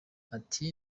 ati